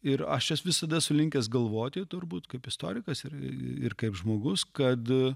ir aš jas visada esu linkęs galvoti turbūt kaip istorikas ir ir kaip žmogus kad